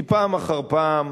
כי פעם אחר פעם,